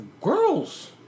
Girls